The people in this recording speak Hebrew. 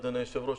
אדוני היושב-ראש,